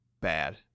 bad